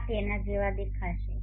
આ તેના જેવો દેખાશે